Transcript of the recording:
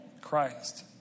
Christ